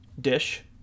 dish